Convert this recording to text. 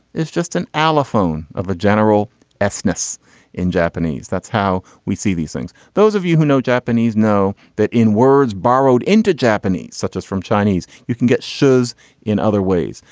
it's just an alpha phone of a general ethnics in japanese. that's how we see these things. those of you who know japanese know that in words borrowed into japanese such as from chinese you can get shows in other ways.